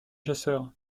chasseur